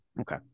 Okay